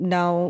Now